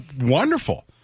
wonderful